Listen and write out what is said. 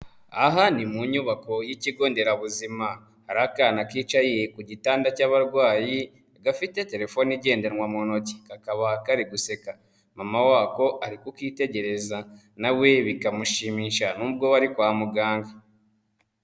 Aha ni mu nyubako y'ikigonderabuzima, hari akana kicaye ku gitanda cy'abarwayi gafite telefone igendanwa mu ntoki, kakabaha kari guseka, mama wako ari kukitegereza nawe bikamushimisha nubwo bari kwa muganga.